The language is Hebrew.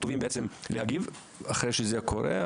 אנחנו תובעים להגיב אחרי שזה קורה,